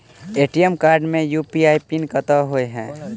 ATM card मे UPI PIN कतह होइ है?